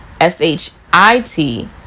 S-H-I-T